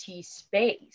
space